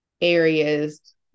areas